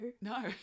No